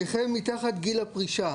נכה מתחת גיל הפרישה.